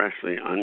freshly